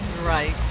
right